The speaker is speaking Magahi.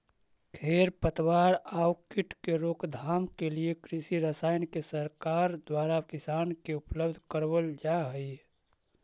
खेर पतवार आउ कीट के रोकथाम के लिए कृषि रसायन के सरकार द्वारा किसान के उपलब्ध करवल जा हई